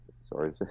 sorry